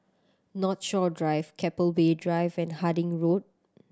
Northshore Drive Keppel Bay Drive and Harding Road